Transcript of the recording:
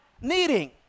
needing